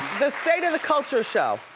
the state of the culture show.